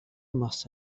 must